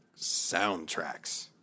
soundtracks